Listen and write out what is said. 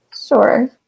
sure